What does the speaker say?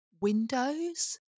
windows